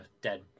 dead